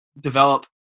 develop